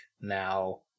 now